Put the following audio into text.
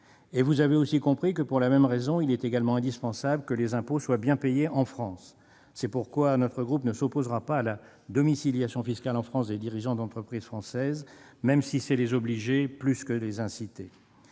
Vous avez aussi compris que, pour la même raison, il est également indispensable que les impôts soient bien payés en France. C'est pourquoi notre groupe ne s'opposera pas à la domiciliation fiscale en France des dirigeants d'entreprises françaises, même si c'est les obliger plus que les inciter.